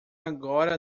agora